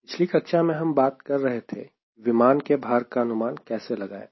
पिछली कक्षा में हम बात कर रहे थे कि विमान के भार का अनुमान कैसे लगाएं